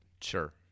Sure